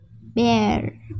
Bear